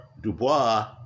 Dubois